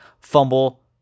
fumble